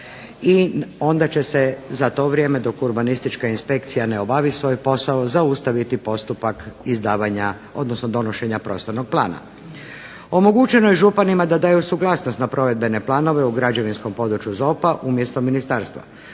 i onda će se za to vrijeme dok urbanistička inspekcija ne obavi svoj posao zaustaviti postupak izdavanja, odnosno donošenja prostornog plana. Omogućeno je županima da daju suglasnost na provedbene planove u građevinskom području ZOP-a umjesto ministarstva.